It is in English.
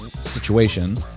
situation